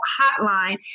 Hotline